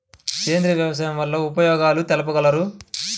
సేంద్రియ వ్యవసాయం వల్ల ఉపయోగాలు తెలుపగలరు?